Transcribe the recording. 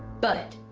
but,